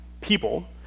people